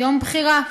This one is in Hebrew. "יום בחירה"